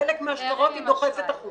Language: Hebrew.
וגם חלק מהשטרות היא דוחפת החוצה.